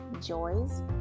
joys